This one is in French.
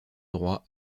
droit